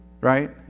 right